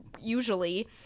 usually